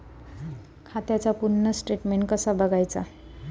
खात्याचा पूर्ण स्टेटमेट कसा बगायचा?